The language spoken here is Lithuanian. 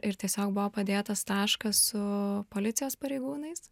ir tiesiog buvo padėtas taškas su policijos pareigūnais